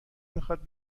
میخواد